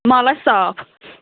مال آسہِ صاف